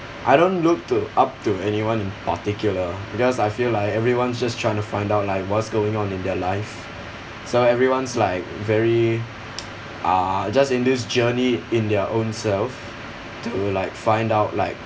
I don't look to up to anyone in particular because I feel like everyone's just trying to find out like what's going on in their life so everyone's like very uh just in this journey in their own self to like find out like